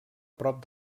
prop